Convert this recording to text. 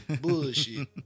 bullshit